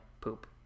poop